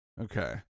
Okay